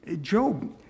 Job